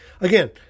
again